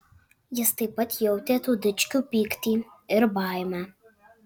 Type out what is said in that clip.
jis taip pat jautė tų dičkių pyktį ir baimę